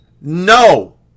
no